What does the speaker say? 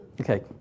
Okay